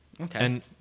Okay